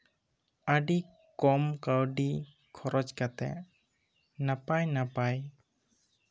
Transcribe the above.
ᱟ ᱰᱤ ᱠᱚᱢ ᱠᱟ ᱣᱰᱤ ᱠᱷᱚᱨᱚᱪ ᱠᱟᱛᱮ ᱱᱟᱯᱟᱭᱼᱱᱟᱯᱟᱭ